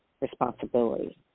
responsibility